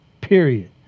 Period